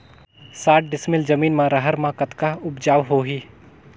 साठ डिसमिल जमीन म रहर म कतका उपजाऊ होही?